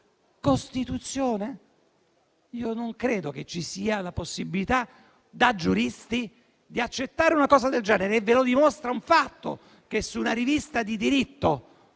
Costituzione? Non credo che ci sia la possibilità, da giuristi, di accettare una cosa del genere. Ve lo dimostra un fatto: su una rivista di diritto